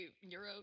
Euro